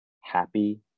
happy